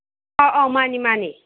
ꯑꯥ ꯑꯥꯎ ꯃꯥꯟꯅꯦ ꯃꯥꯟꯅꯦ